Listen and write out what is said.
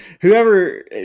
whoever